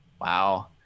Wow